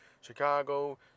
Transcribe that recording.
chicago